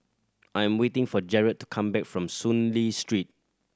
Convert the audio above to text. I am waiting for Jarett to come back from Soon Lee Street